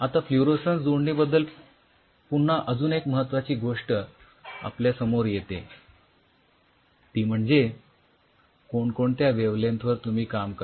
आता फ्लुरोसन्स जोडणी बद्दल पुन्हा अजून एक महत्वाची गोष्ट आपल्या समोर येते ती म्हणजे कोणकोणत्या वेव्हलेन्थवर तुम्ही काम करणार